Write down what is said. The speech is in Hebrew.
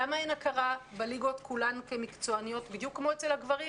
למה אין הכרה בליגות כולן כמקצועניות כמו אצל הגברים,